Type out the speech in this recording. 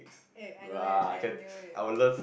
eh I know it I knew you